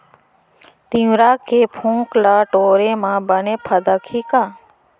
तिंवरा के फोंक ल टोरे म बने फदकही का?